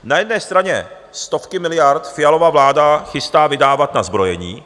Na jedné straně stovky miliard Fialova vláda chystá vydávat na zbrojení.